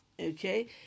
okay